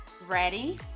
Ready